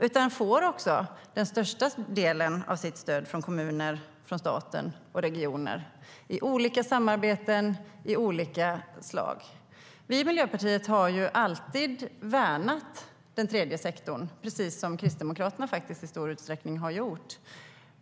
Den får den största delen av sitt stöd från kommuner, staten och regioner i samarbeten av olika slag. Vi i Miljöpartiet har alltid värnat den tredje sektorn, precis som Kristdemokraterna i stor utsträckning har gjort.